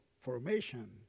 formation